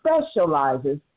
specializes